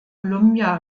columbia